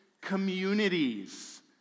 communities